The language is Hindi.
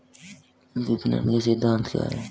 विपणन के सिद्धांत क्या हैं?